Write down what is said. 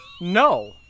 No